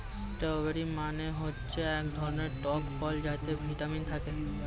strawberry মানে হচ্ছে এক ধরনের টক ফল যাতে ভিটামিন থাকে